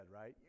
right